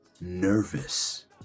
nervous